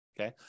okay